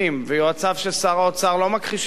ויועציו של שר האוצר לא מכחישים את זה,